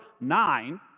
nine